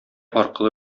аркылы